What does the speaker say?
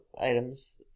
items